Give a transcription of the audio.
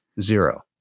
zero